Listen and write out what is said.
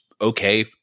okay